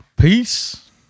Peace